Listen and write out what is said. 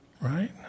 Right